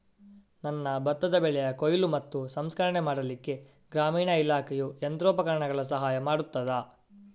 ನನ್ನ ಭತ್ತದ ಬೆಳೆಯ ಕೊಯ್ಲು ಮತ್ತು ಸಂಸ್ಕರಣೆ ಮಾಡಲಿಕ್ಕೆ ಗ್ರಾಮೀಣ ಇಲಾಖೆಯು ಯಂತ್ರೋಪಕರಣಗಳ ಸಹಾಯ ಮಾಡುತ್ತದಾ?